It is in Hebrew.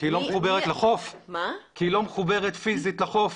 כי היא לא מחוברת פיזית לחוף.